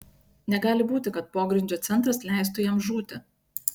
negali būti kad pogrindžio centras leistų jam žūti